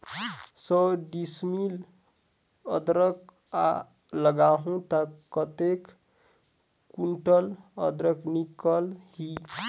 सौ डिसमिल अदरक लगाहूं ता कतेक कुंटल अदरक निकल ही?